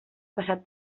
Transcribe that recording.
passat